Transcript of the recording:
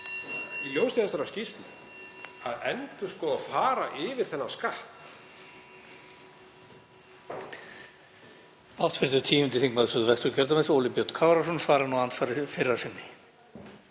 í ljósi þeirrar skýrslu, að endurskoða og fara yfir þennan skatt.